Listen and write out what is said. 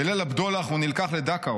בליל הבדולח הוא נלקח לדכאו.